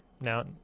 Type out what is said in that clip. Now